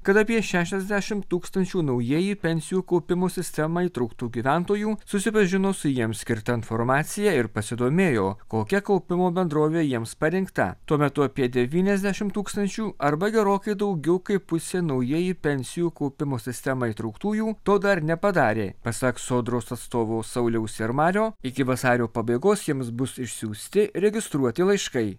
kad apie šešiasdešimt tūkstančių naujieji pensijų kaupimo į sistemą įtrauktų gyventojų susipažino su jiems skirta informacija ir pasidomėjo kokia kaupimo bendrovė jiems parinkta tuo metu apie devyniasdešimt tūkstančių arba gerokai daugiau kaip pusė naujieji į pensijų kaupimo sistemą įtrauktųjų to dar nepadarė pasak sodros atstovo sauliaus ir mario iki vasario pabaigos jiems bus išsiųsti registruoti laiškai